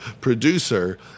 producer